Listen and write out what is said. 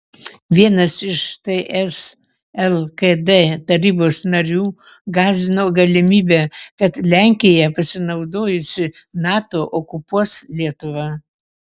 vienas iš ts lkd tarybos narių gąsdino galimybe kad lenkija pasinaudojusi nato okupuos lietuvą